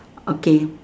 okay